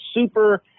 super